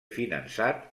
finançat